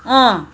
अँ